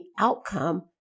outcome